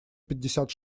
пятьдесят